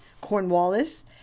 Cornwallis